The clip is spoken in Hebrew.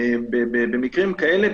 במקרים כאלה,